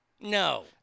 No